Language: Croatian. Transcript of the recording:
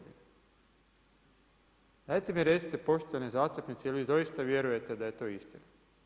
Dajte mi recite poštovani zastupnici jel vi doista vjerujete da je to istina?